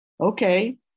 okay